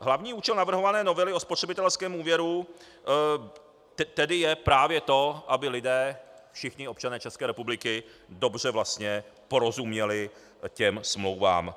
Hlavní účel navrhované novely o spotřebitelském úvěru tedy je právě to, aby lidé, všichni občané České republiky, dobře porozuměli smlouvám.